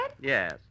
Yes